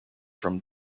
from